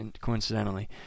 coincidentally